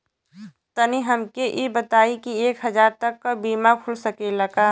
तनि हमके इ बताईं की एक हजार तक क बीमा खुल सकेला का?